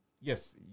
yes